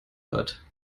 hat